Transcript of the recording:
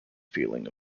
feeling